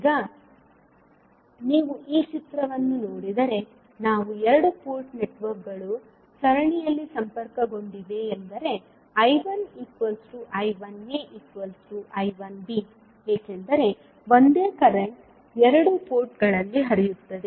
ಈಗ ನೀವು ಈ ಚಿತ್ರ ವನ್ನು ನೋಡಿದರೆ ನಾವು ಎರಡು ಪೋರ್ಟ್ ನೆಟ್ವರ್ಕ್ಗಳು ಸರಣಿಯಲ್ಲಿ ಸಂಪರ್ಕಗೊಂಡಿವೆ ಎಂದರೆ I1I1aI1b ಏಕೆಂದರೆ ಒಂದೇ ಕರೆಂಟ್ ಎರಡೂ ಪೋರ್ಟ್ಗಳಲ್ಲಿ ಹರಿಯುತ್ತದೆ